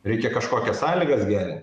reikia kažkokias sąlygas gerint